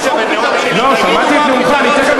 בבקעת-הירדן, אדוני היושב-ראש, אין כמעט פלסטינים.